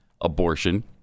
abortion